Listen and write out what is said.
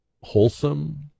wholesome